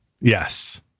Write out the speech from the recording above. Yes